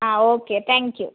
ആ okay thank you